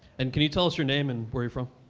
and can you tell us your name and where you're from?